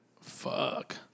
Fuck